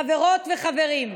חברות וחברים,